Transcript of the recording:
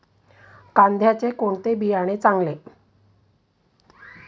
कांद्याचे कोणते बियाणे चांगले?